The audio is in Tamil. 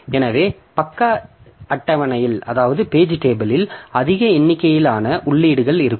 எனவே பக்க அட்டவணையில் அதிக எண்ணிக்கையிலான உள்ளீடுகள் இருக்கும்